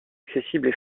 accessibles